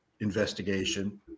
investigation